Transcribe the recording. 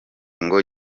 ngo